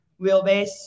wheelbase